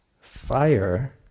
fire